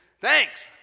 thanks